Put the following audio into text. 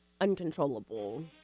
uncontrollable